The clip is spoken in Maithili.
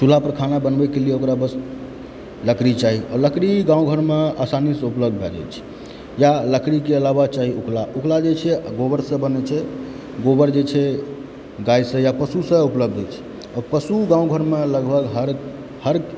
चूल्हा पर खाना बनबयके लिए ओकरा बस लकड़ी चाही आओर लकड़ी गाँव घरमे आसानीसँ उपलब्ध भै जाइ छै या लकड़ीके अलावा चाही उपला उपला जे छै गोबरसँ बनैत छै गोबर जे छै गायसँ या पशुसँ उपलब्ध होइत छै पशु गाँव घरमे लगभग हर हर